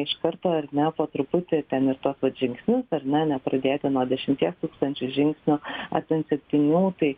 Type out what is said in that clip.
iš karto ar ne po truputį ten ir tuos vat žingsnius ar ne nepradėti nuo dešimties tūkstančių žingsnių ar ten septynių tai